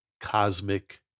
cosmic